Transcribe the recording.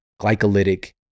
glycolytic